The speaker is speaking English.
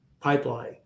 pipeline